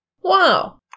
Wow